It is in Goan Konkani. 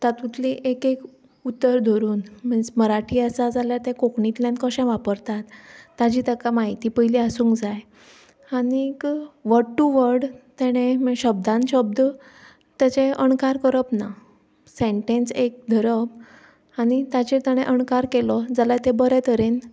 तातूंतली एक एक उतर धरून मिन्स मराठी आसा जाल्यार तें कोंकणींतल्यान कशें वापरतात ताजी ताका म्हायती पयलीं आसूंक जाय आनीक वर्ड टू वर्ड तेणे शब्दान शब्द तेजे अणकार करप ना सेंटेंस एक धरप आनी ताचेर ताणें अणकार केलो जाल्यार तें बरे तरेन